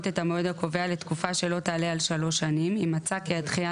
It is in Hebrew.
את המועד הקובע לתקופה שלא תעלה על שלוש שנים אם מצא כי הדחייה